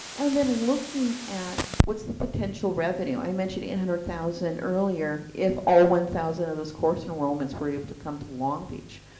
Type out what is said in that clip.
and then looking at, what's the potential revenue? i mentioned eight hundred thousand dollars earlier, if all one thousand of those course enrollments were able to come to long beach.